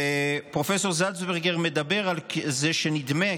ופרופ' זלצברגר מדבר על זה שנדמה,